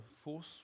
force